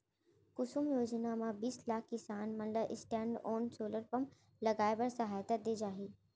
कुसुम योजना म बीस लाख किसान मन ल स्टैंडओन सोलर पंप लगाए बर सहायता दे जाही